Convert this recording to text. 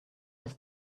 his